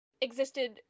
existed